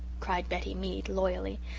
cried betty meade, loyally,